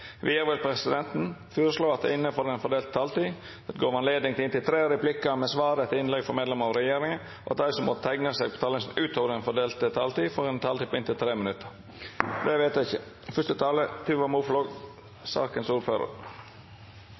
Vidare vil presidenten føreslå at det – innanfor den fordelte taletida – vert gjeve anledning til inntil tre replikkar med svar etter innlegg frå medlemer av regjeringa, og at dei som måtte teikna seg på talarlista utover den fordelte taletida, får ei taletid på inntil 3 minutt. – Det